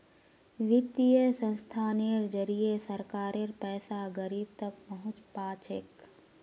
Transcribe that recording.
वित्तीय संस्थानेर जरिए सरकारेर पैसा गरीब तक पहुंच पा छेक